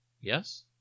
yes